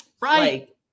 Right